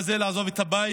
מה זה לעזוב את הבית,